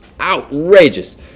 outrageous